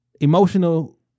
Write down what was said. Emotional